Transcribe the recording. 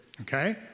okay